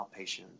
outpatient